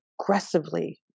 aggressively